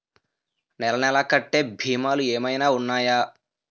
నెల నెల కట్టే భీమాలు ఏమైనా ఉన్నాయా?